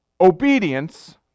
obedience